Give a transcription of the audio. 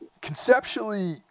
conceptually